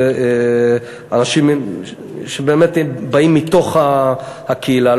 אלה אנשים שבאמת באים מתוך הקהילה,